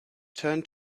turned